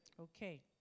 Okay